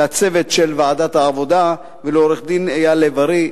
לצוות של ועדת העבודה ולעורך-דין אייל לב-ארי.